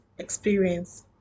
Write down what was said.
experience